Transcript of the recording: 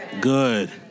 Good